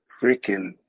freaking